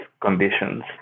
conditions